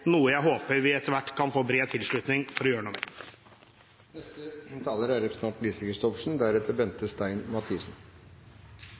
noe jeg håper vi etter hvert kan få bred tilslutning for å gjøre noe med. Det er